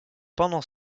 pendant